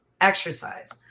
exercise